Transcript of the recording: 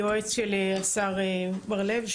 היועץ של השר בר לב,